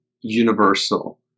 universal